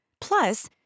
Plus